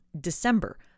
December